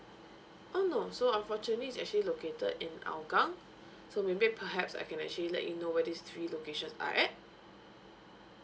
oh no so unfortunately it's actually located in hougang so maybe perhaps I can actually let you know where these three locations are at